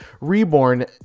reborn